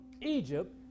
Egypt